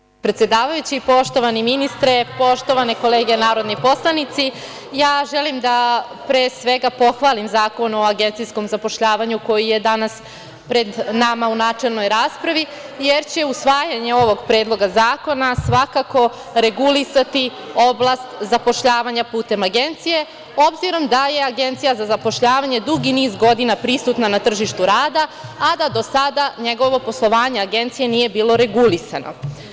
Poštovani predsedavajući, poštovani ministre, poštovane kolege narodni poslanici, ja želim da, pre svega, pohvalim Zakon o agencijskom zapošljavanju koji je danas pred nama u načelnoj raspravi, jer će usvajanje ovog predloga zakona svakako regulisati oblast zapošljavanja putem agencije, obzirom da je agencija za zapošljavanje dugi niz godina prisutna na tržištu rada, a da do sada njegovo poslovanje agencije nije bilo regulisano.